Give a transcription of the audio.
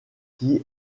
qui